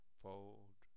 fold